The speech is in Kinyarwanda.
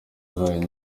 zayo